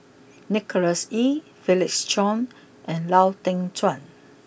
Nicholas Ee Felix Cheong and Lau Teng Chuan